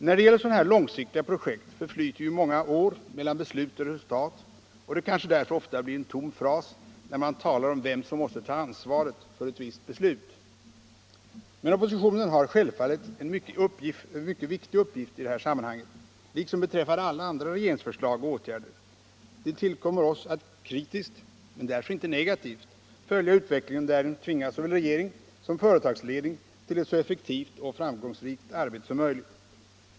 När det gäller sådana här långsiktiga projekt förflyter ju många år mellan beslut och resultat, och det kanske därför ofta blir en tom fras när man talar om vem som måste ta ansvaret för ett visst beslut. Men oppositionen har självfallet en mycket viktig uppgift i detta sammanhang liksom beträffande alla andra regeringsförslag och åtgärder. Det tillkommer oss att kritiskt, men för den skull inte negativt, följa utvecklingen och därigenom tvinga såväl regering som företagsledning till ett så effektivt och framgångsrikt arbete som möjligt.